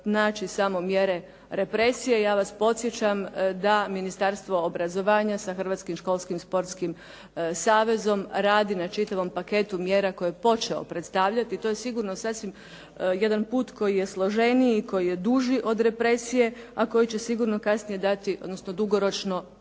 naći samo mjere represije. Ja vas podsjećam da Ministarstvo obrazovanja sa Hrvatskim školskim športskim savezom radi na čitavom paketu mjera koji je počeo predstavljati. To je sigurno sasvim jedan put koji je složeniji, koji je duži od represije, a koji će sigurno kasnije dati, odnosno